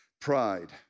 pride